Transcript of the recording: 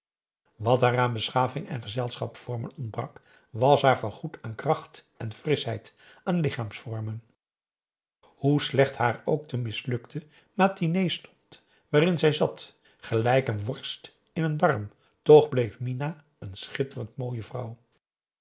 wat haar aan beschaving en gezelschapsvormen ontbrak was haar vergoed aan kracht en frischheid aan lichaamsvormen hoe slecht haar ook de mislukte matinée stond waarin p a daum hoe hij raad van indië werd onder ps maurits zij zat gelijk een worst in een darm toch bleef mina een schitterend mooie vrouw